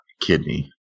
kidney